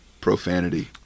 profanity